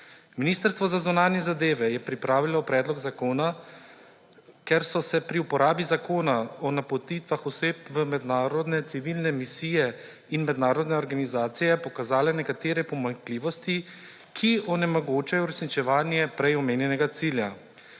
Ministrstvo za zunanje zadeve je pripravilo predlog zakona, ker so se pri uporabi Zakona o napotitvi oseb v mednarodne civilne misije in mednarodne organizacije pokazale nekatere pomanjkljivosti, ki onemogočajo uresničevanje prej omenjenega cilja.